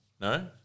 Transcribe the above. No